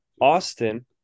austin